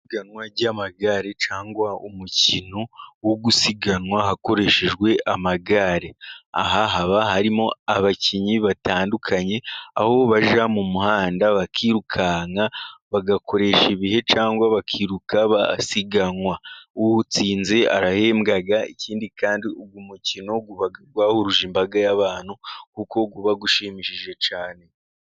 Ipiganywa ry'amagare cyangwa umukino wo gusiganwa hakoreshejwe amagare, aha haba harimo abakinnyi batandukanye, aho bajya mu muhanda bakirukanka, bagakoresha ibihe cyangwa bakiruka basiganwa uwutsinze arahembwa, ikindi kandi umukino wari uhuruje imbaga y'abantu kuko uba ushimishije cyane.